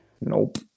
Nope